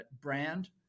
brand